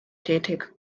tätig